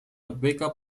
beca